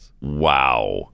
Wow